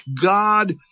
God